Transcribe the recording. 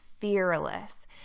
fearless